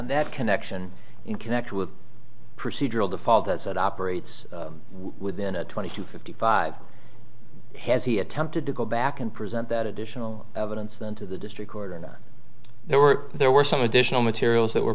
that connection in connection with procedural default that operates within a twenty to fifty five has he attempted to go back and present that additional evidence then to the district court or not there were there were some additional materials that were